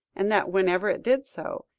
and that whenever it did so,